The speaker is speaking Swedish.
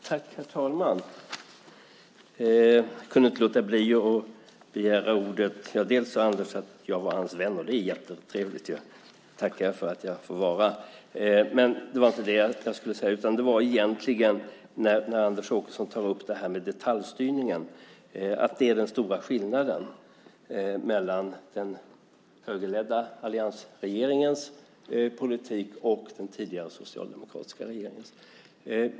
Herr talman! Jag kunde inte låta bli att begära ordet. Anders sade att jag var hans vän. Det är jättetrevligt. Det tackar jag för att jag får vara. Men det var inte det jag skulle säga. Anders Åkesson tog upp detaljstyrningen och att det är den stora skillnaden mellan den högerledda alliansregeringens politik och den tidigare socialdemokratiska regeringens.